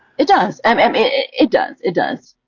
it does. and um it it does. it does.